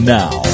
now